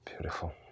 beautiful